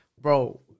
Bro